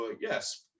yes